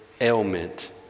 ailment